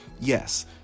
Yes